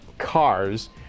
Cars